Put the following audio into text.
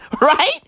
Right